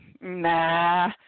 nah